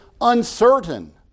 uncertain